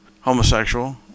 homosexual